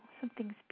something's